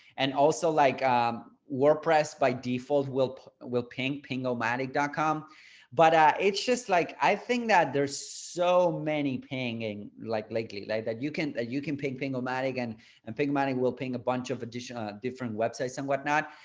and also like wordpress by default will will ping ping nomadic ah comm but it's just like i think that there's so many pinging like lately like that you can you can ping, ping nomadic and and big money will ping a bunch of additional different websites and whatnot.